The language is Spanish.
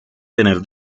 tener